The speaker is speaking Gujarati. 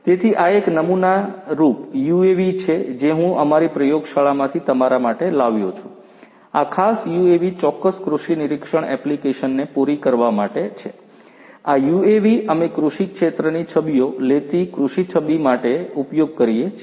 તેથી આ એક નમુના યુએવી છે જે હું અમારી પ્રયોગશાળામાંથી તમારા માટે લાવ્યો છું આ ખાસ યુએવી ચોક્કસ કૃષિ નિરીક્ષણ એપ્લિકેશનને પૂરી કરવા માટે છે આ યુએવી અમે કૃષિ ક્ષેત્રની છબીઓ લેતી કૃષિ છબી માટે ઉપયોગ કરીએ છીએ